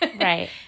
right